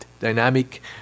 dynamic